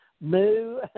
moo